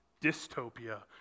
dystopia